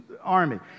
army